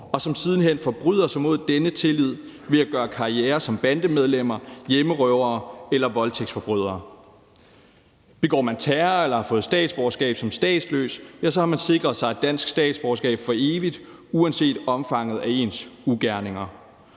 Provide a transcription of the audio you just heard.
og som siden hen forbryder sig mod denne tillid ved at gøre karriere som bandemedlemmer, hjemmerøvere eller voldtægtsforbrydere. Begår man terror, eller har man fået statsborgerskab som statsløs, har man sikret sig et dansk statsborgerskab for evigt uanset omfanget af ens ugerninger.